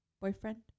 Boyfriend